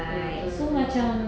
mm mm mm